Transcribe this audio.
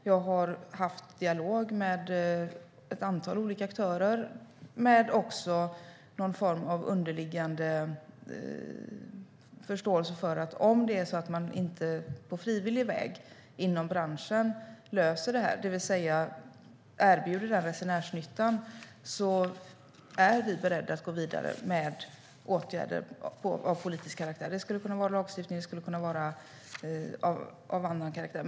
Jag har också haft dialog med ett antal olika aktörer, även med någon form av underliggande förståelse för att om man inte på frivillig väg inom branschen löser detta, det vill säga erbjuder resenärsnyttan, är vi beredda att gå vidare med åtgärder av politisk karaktär. Det skulle kunna vara lagstiftning, och det skulle kunna vara åtgärder av annan karaktär.